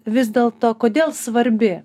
vis dėlto kodėl svarbi